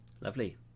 Lovely